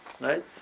Right